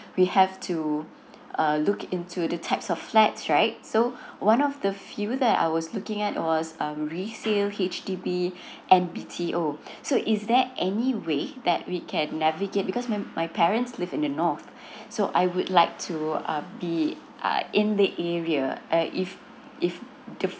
we have to uh look into the types of flats right so one of the few that I was looking at was um H_D_B and B T O so is there any way that we can navigate because my my parents live in the north so I would like to uh be uh in the area uh if if if